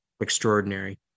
extraordinary